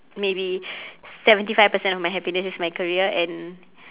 maybe seventy five percent of my happiness is my career and